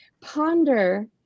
ponder